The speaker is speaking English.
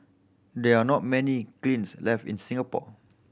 there are not many kilns left in Singapore